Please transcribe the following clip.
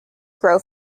grow